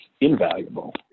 invaluable